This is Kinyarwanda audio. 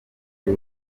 y’i